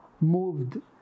moved